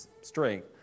strength